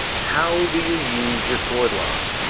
how do you use your cord lock?